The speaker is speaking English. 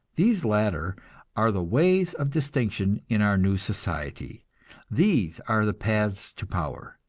these latter are the ways of distinction in our new society these are the paths to power.